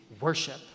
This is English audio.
worship